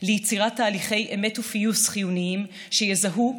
ליצירת תהליכי אמת ופיוס חיוניים שיזהו,